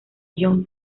john